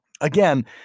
Again